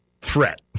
threat